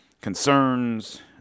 concerns